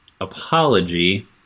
apology